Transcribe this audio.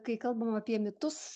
kai kalbama apie mitus